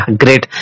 great